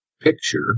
picture